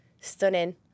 Stunning